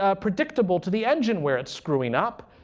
ah predictable to the engine where it's screwing up.